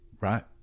right